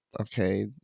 okay